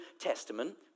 Testament